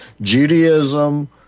Judaism